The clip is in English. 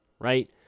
right